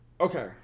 Okay